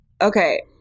Okay